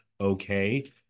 okay